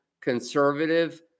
conservative